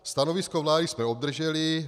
Stanovisko vlády jsme obdrželi.